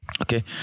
okay